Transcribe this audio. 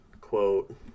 quote